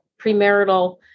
premarital